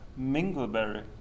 Mingleberry